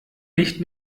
nicht